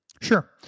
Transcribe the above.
Sure